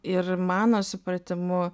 ir mano supratimu